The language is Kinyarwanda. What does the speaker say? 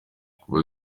kuva